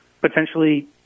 potentially